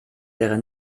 wäre